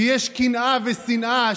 כשיש קנאה ושנאה,